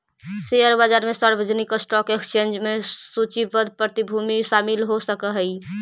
share बाजार में सार्वजनिक स्टॉक एक्सचेंज में सूचीबद्ध प्रतिभूति शामिल हो सकऽ हइ